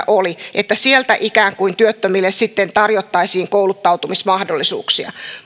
oli että sieltä työttömille sitten ikään kuin tarjottaisiin kouluttautumismahdollisuuksia